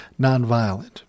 nonviolent